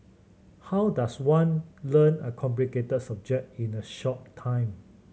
how does one learn a complicated subject in a short time